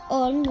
on